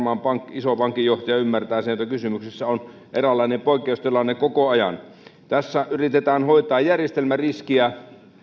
ison pankin johtaja ymmärtää että kysymyksessä on eräänlainen poikkeustilanne koko ajan tässä yritetään hoitaa järjestelmäriskiä